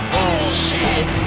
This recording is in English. Bullshit